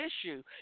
issue